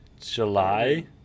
July